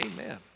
Amen